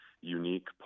unique